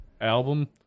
album